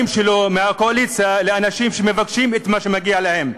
שלו לאנשים שמבקשים את מה שמגיע להם.